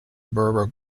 berber